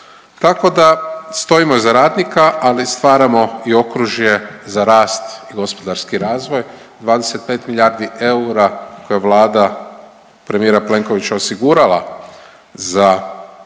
tako da stojimo iza radnika, ali stvaramo i okružje za rast i gospodarski razvoj, 25 milijardi eura koje je Vlada premijera Plenkovića osigurala za razvoj